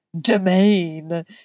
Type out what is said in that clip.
Domain